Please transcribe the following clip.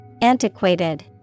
Antiquated